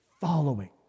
following